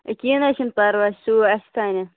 ہے کینٛہہ نہ حظ چھُ نہٕ پَرواے سُہ گوٚو اَسہِ تانٮ۪تھ